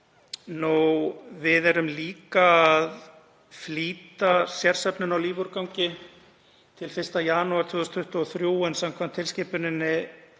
Við erum líka að flýta sérsöfnun á lífúrgangi til 1. janúar 2023 en samkvæmt tilskipuninni